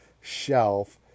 shelf